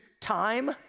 time